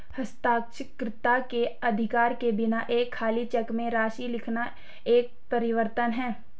हस्ताक्षरकर्ता के अधिकार के बिना एक खाली चेक में राशि लिखना एक परिवर्तन है